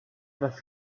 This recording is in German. das